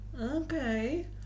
okay